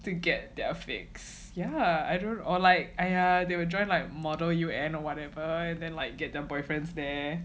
to get their fix yeah I don't or like !aiya! they will join like model or whatever then like get their boyfriends there